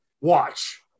Watch